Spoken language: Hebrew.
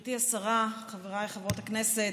גברתי השרה, חבריי חברות הכנסת,